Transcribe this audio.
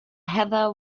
heather